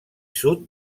sud